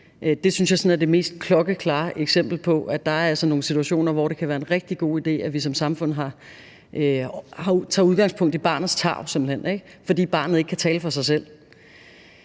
er det mest klokkeklare eksempel på, at der altså er nogle situationer, hvor det kan være en rigtig god idé, at vi som samfund tager udgangspunkt i barnets tarv simpelt hen, fordi barnet ikke kan tale for sig selv.